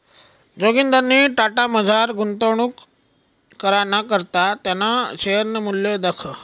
जोगिंदरनी टाटामझार गुंतवणूक कराना करता त्याना शेअरनं मूल्य दखं